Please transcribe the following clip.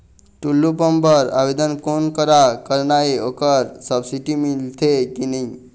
Tullu pump बर आवेदन कोन करा करना ये ओकर सब्सिडी मिलथे की नई?